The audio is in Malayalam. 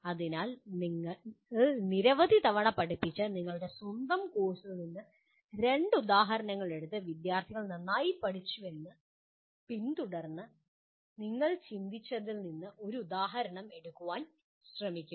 അതിനാൽ നിങ്ങൾ നിരവധി തവണ പഠിപ്പിച്ച നിങ്ങളുടെ സ്വന്തം കോഴ്സിൽ നിന്ന് രണ്ട് ഉദാഹരണങ്ങൾ എടുത്ത് വിദ്യാർത്ഥികൾ നന്നായി പഠിച്ചുവെന്ന് പിന്തുടർന്ന് നിങ്ങൾ ചിന്തിച്ചതിൽ നിന്ന് ഒരു ഉദാഹരണം എടുക്കാൻ ശ്രമിക്കുക